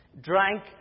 drank